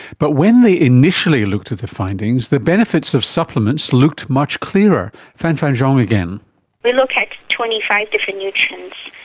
but when they initially looked at the findings, the benefits of supplements looked much clearer. fang fang zhang we looked at twenty five different nutrients.